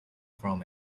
from